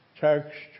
text